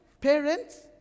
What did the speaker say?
parents